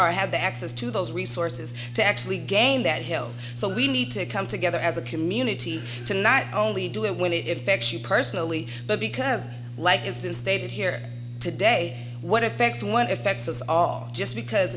have the access to those resources to actually gain that hill so we need to come together as a community to not only do it when it effects you personally but because like it's been stated here today what effects one effects is all just because